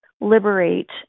liberate